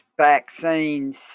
vaccines